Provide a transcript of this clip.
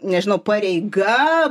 nežinau pareiga